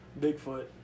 Bigfoot